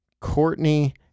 Courtney